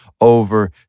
over